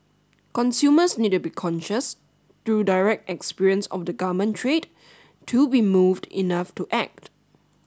consumers need to be conscious through direct experience of the garment trade to be moved enough to act